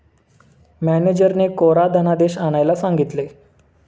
मॅनेजरने कोरा धनादेश आणायला सांगितले